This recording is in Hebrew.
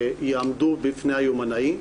שיעמדו בפני היומנאי,